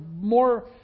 more